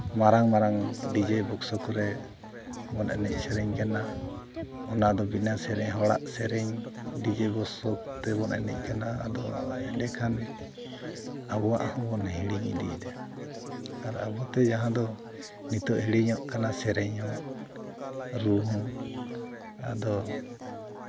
ᱢᱟᱨᱟᱝ ᱢᱟᱨᱟᱝ DJ box ᱠᱚᱨᱮ ᱵᱚᱱ ᱮᱱᱮᱡ ᱥᱮᱨᱮᱧ ᱠᱟᱱᱟ ᱚᱱᱟᱫᱚ ᱵᱮᱱᱟᱣ ᱥᱮᱨᱮᱧ ᱦᱚᱲᱟᱜ ᱥᱮᱨᱮᱧ ᱰᱤᱡᱮ ᱵᱚᱠᱥᱚ ᱛᱮᱵᱚᱱ ᱮᱱᱮᱡ ᱠᱟᱱᱟ ᱟᱫᱚ ᱮᱸᱰᱮᱠᱷᱟᱱ ᱟᱵᱚᱣᱟᱜ ᱦᱚᱸᱵᱚᱱ ᱦᱤᱲᱤᱧ ᱤᱫᱤᱭᱮᱫᱟ ᱟᱨ ᱟᱵᱚᱛᱮ ᱡᱟᱦᱟᱸ ᱫᱚ ᱱᱤᱛᱚᱜ ᱦᱤᱲᱤᱧᱚᱜ ᱠᱟᱱᱟ ᱥᱮᱨᱮᱧ ᱦᱚᱸ ᱨᱩ ᱦᱚᱸ ᱟᱫᱚ